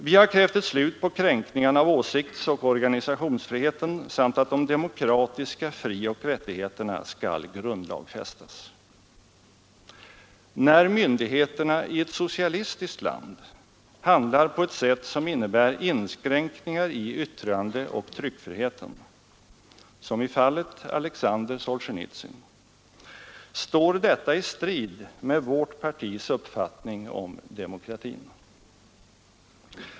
Vi har krävt ett slut på kränkningarna av åsiktsoch organisationsfriheten samt att de demokratiska frioch rättigheterna skall grundlagfästas. När myndigheterna i ett socialistiskt land handlar på ett sätt som innebär inskränkningar i yttrandeoch tryckfriheten — som i fallet Alexander Solsjenitsyn — står detta i strid med vårt partis uppfattning om demokratin.